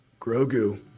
Grogu